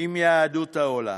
עם יהדות העולם.